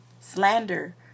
Slander